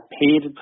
paid